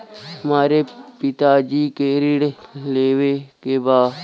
हमरे पिता जी के ऋण लेवे के बा?